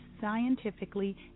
scientifically